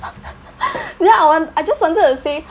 then I want I just wanted to say